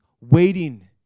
waiting